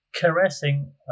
caressing